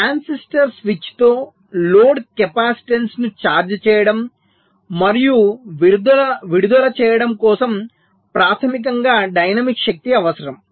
transistor స్విచ్తో load కెపాసిటెన్స్లను charge చేయడం మరియు విడుదల చేయడం కోసం ప్రాథమికంగా డైనమిక్ శక్తి అవసరం